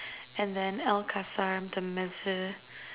and then